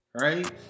Right